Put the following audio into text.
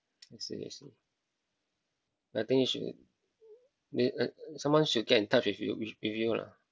I see I see I think you should meet uh someone should get in touch with you with you lah